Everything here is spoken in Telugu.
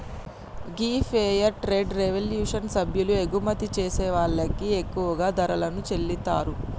గీ ఫెయిర్ ట్రేడ్ రెవల్యూషన్ సభ్యులు ఎగుమతి చేసే వాళ్ళకి ఎక్కువ ధరలను చెల్లితారు